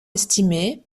estimé